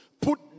Put